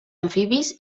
amfibis